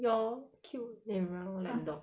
your cute eh why your [one] like dog